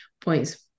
points